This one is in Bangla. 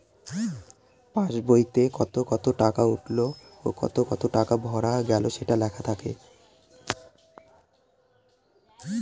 পাস বইতে কত কত টাকা উঠলো ও কত কত টাকা ভরা গেলো সেটা লেখা থাকে